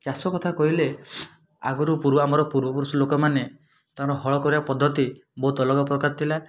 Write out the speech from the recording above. ଚାଷ କଥା କହିଲେ ଆଗରୁ ପୂର୍ବ ଆମର ପୂର୍ବପୁରୁଷ ଲୋକମାନେ ତାଙ୍କର ହଳ କରିବା ପଦ୍ଧତି ବହୁତ ଅଲଗା ପ୍ରକାର ଥିଲା